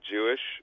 Jewish